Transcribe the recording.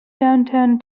downtown